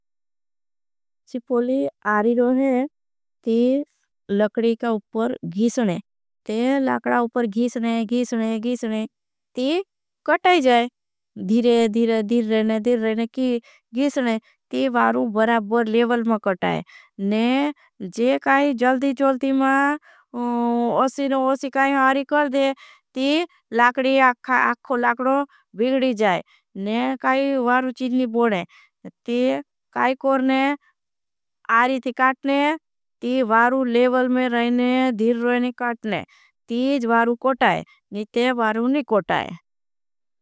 शिपोली आरी रोहने लकड़ी का उपर घीशने लकड़ा। उपर घीशने घीशने घीशने ती कटाई जाए धीरे धीरे। धीरे, धीरे, धीरे, की घीशने, ती वारू बराबर लेवल। में कटाई ने जे काई जल्दी जल्दी मां। ओसी ओसी काई आरी कर दे ती लकड बिगडी जाए। ने काई वारू चीज़ नी बोड़े ती काई कोर ने आरी थी। काटने ती वारू लेवल में रहने धीरे रहने काटने। ती ज़वारू कोटाई नि ते वारू नी कोटाई।